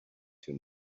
too